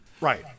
Right